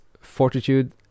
fortitude